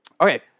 Okay